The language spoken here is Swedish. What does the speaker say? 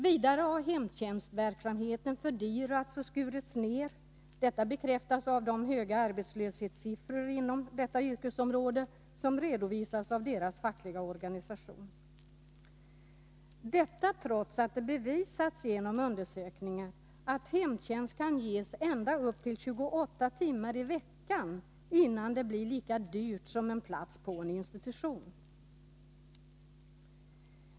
Vidare har hemtjänstverksamheten fördyrats och skurits ner. Detta bekräftas av de höga arbetslöshetssiffror inom detta yrkesområde som redovisas av den fackliga organisationen — detta trots att det bevisats genom undersökningar att hemtjänst kan ges ända upp till 28 timmar i veckan innan den blir lika dyr som en plats på en institution.